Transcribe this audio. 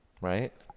right